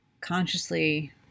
consciously